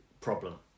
problem